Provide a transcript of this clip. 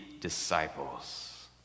disciples